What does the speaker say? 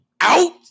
out